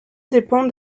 dépend